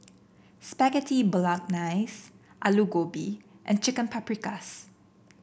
Spaghetti Bolognese Alu Gobi and Chicken Paprikas